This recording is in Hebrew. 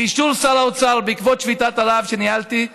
באישור שר האוצר בעקבות שביתת הרעב שניהלתי,